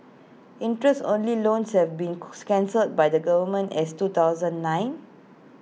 interest only loans have been cancelled by the government as two thousand nine